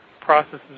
processes